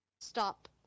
stop